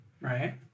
Right